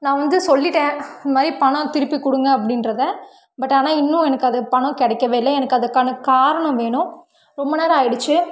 நான் வந்து சொல்லிவிட்டேன் இந்த மாதிரி பணம் திருப்பி கொடுங்க அப்படின்றத பட் ஆனால் இன்னும் எனக்கு அது பணம் கிடைக்கவே இல்லை எனக்கு அதுக்கான காரணம் வேணும் ரொம்ப நேரம் ஆகிடிச்சி